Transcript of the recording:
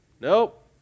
nope